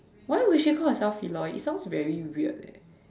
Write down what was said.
why would see call herself Feloy it sounds very weird eh